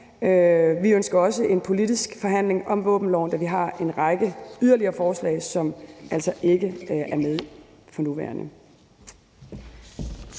Vi ønsker også en politisk forhandling om våbenloven, da vi har en række yderligere forslag, som altså ikke er med for nuværende.